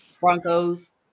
Broncos